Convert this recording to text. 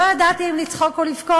לא ידעתי אם לצחוק או לבכות.